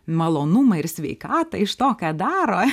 malonumą ir sveikatą iš to ką daro